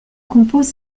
compose